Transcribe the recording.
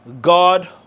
God